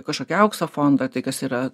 kažkokį aukso fondą tai kas yra